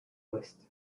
ouest